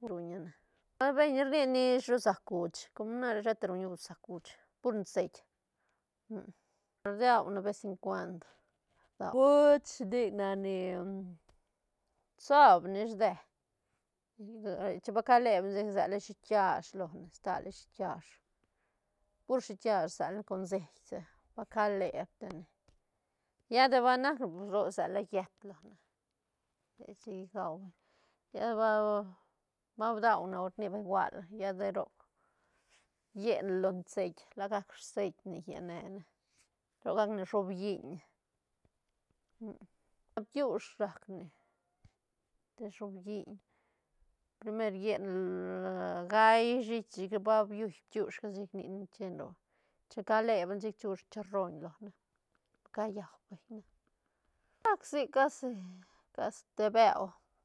ruñane ra beñ rni nish ru sä cuch com nare sheta ruña us sä cuch pur ceit rdaune ne ves ne cuant dau chuch nic nac ni sob ne ish deë chin ba lebne chic rsela shiit kiash lone stale shiit kiash pur shiit kiash sela con seit sigac ba leb tine lla de ba nac ne pus roc rsela yët lone chic gau beñ ne lla ba- ba daune hor rni beñ gual lla de roc hiene lo ceit lagac ceit ne llene ne roc gac ne shoobiñ bkiush rac ne te shoobiñ primer llene lo gaí shiit chic ba billui bkiush ga chic nic ne che ne roc checa leb ne chic chu charoñ lone cayau beñ ne la gac sic casi- casi te beu